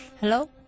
Hello